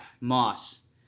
Moss